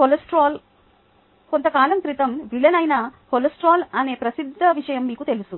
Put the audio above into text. cholesterol కొంతకాలం క్రితం villain అయిన కొలెస్ట్రాల్ అనే ప్రసిద్ధ విషయం మీకు తెలుసు